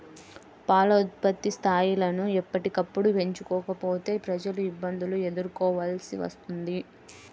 పాల ఉత్పత్తి స్థాయిలను ఎప్పటికప్పుడు పెంచుకోకపోతే ప్రజలు ఇబ్బందులను ఎదుర్కోవలసి వస్తుంది